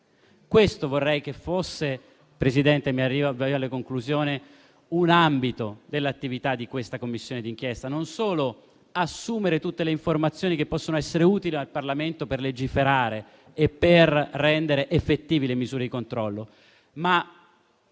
Paese. Vorrei che questo fosse un ambito dell'attività di questa Commissione di inchiesta: non solo assumere tutte le informazioni che possono essere utili al Parlamento per legiferare e per rendere effettive le misure di controllo, ma